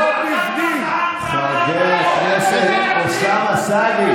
נכון, אפשר לקנות